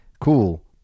cool